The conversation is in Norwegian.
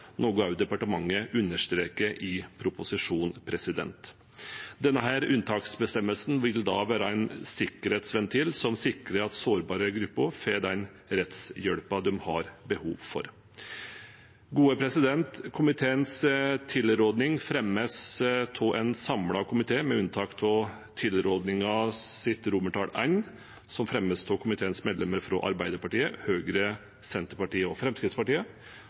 noe departementet også understreker i proposisjonen. Denne unntaksbestemmelsen vil da være en sikkerhetsventil som sikrer at sårbare grupper får den rettshjelpen de har behov for. Komiteens tilrådning fremmes av en samlet komité, med unntak av tilrådningens I, som fremmes av komiteens medlemmer fra Arbeiderpartiet, Høyre, Senterpartiet og Fremskrittspartiet.